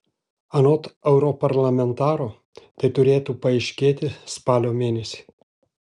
anot europarlamentaro tai turėtų paaiškėti spalio mėnesį